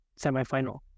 semifinal